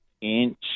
inch